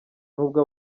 nubwo